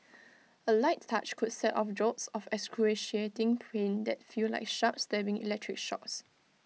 A light touch could set off jolts of excruciating pain that feel like sharp stabbing electric shocks